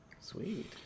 Sweet